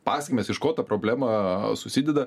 pasekmės iš ko ta problema susideda